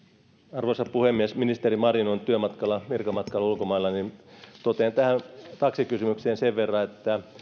arvoisa puhemies ministeri marin on virkamatkalla ulkomailla joten totean tähän taksikysymykseen sen verran että